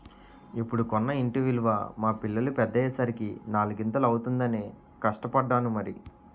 ఇప్పుడు కొన్న ఇంటి విలువ మా పిల్లలు పెద్దయ్యే సరికి నాలిగింతలు అవుతుందనే కష్టపడ్డాను మరి